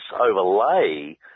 overlay